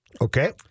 Okay